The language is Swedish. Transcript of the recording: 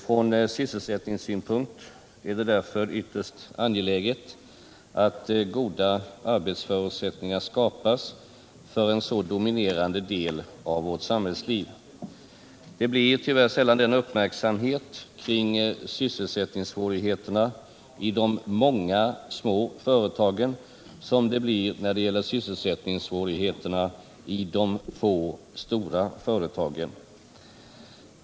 Ur sysselsättningssynpunkt är det därför ytterst angeläget att goda arbetsförutsättningar skapas för en så dominerande del av vårt samhällsliv som denna. Det blir tyvärr sällan den uppmärksamhet kring sysselsättningssvårigheterna i de många små företagen som det blir kring sysselsättningsproblemen i de få stora företagen.